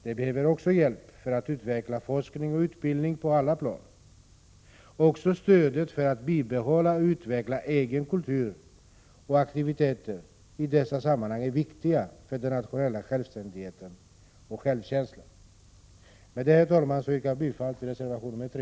De behöver också hjälp för att utveckla forskning och utbildning på alla plan. Även stödet för att bibehålla och utveckla egen kultur och aktiviteter i dessa sammanhang är viktigt för den nationella självständigheten och självkänslan. Med detta, herr talman, yrkar jag bifall till reservation 3.